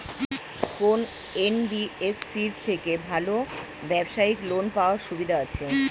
কোন এন.বি.এফ.সি থেকে ভালো ব্যবসায়িক লোন পাওয়ার সুবিধা আছে?